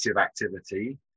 activity